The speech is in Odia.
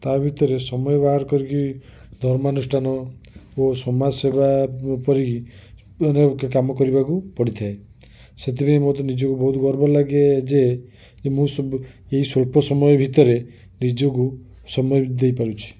ତା ଭିତରେ ସମୟ ବାହାର କରିକି ଧର୍ମାନୁଷ୍ଠାନ ଓ ସମାଜ ସେବା ପରି ବିଭିନ୍ନ ପ୍ରକାର କାମ କରିବାକୁ ପଡ଼ିଥାଏ ସେଥିପାଇଁ ମୋତେ ନିଜକୁ ବହୁତ ଗର୍ବ ଲାଗେ ଯେ ଯେ ମୁଁ ସବୁ ଏହି ସ୍ୱଳ୍ପ ସମୟ ଭିତରେ ନିଜକୁ ସମୟ ଦେଇ ପାରୁଛି